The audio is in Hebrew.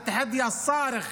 המאבק הזועק הזה,